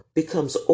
becomes